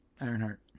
Ironheart